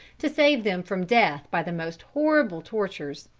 to save them from death by the most horrible tortures.